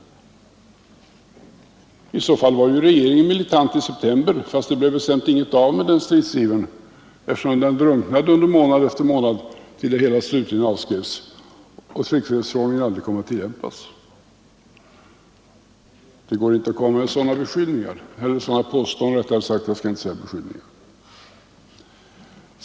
I så fall var ju regeringen militant i september, fast det sedan inte blev något av stridsivern eftersom den drunknade under månadernas gång och tryckfrihetsförordningen aldrig kom att tillämpas utan ärendet slutligen avskrevs. Nej, det går inte att komma med sådana påståenden.